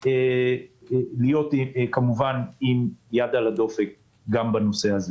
כמובן צריך להיות עם יד על הדופק גם בנושא הזה.